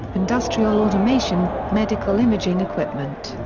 industrial automation medical imaging equipment,